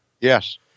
Yes